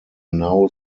now